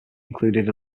included